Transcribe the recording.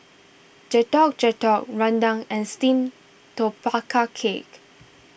Getuk Getuk Rendang and Steamed Tapioca Cake